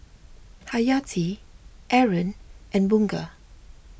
Hayati Aaron and Bunga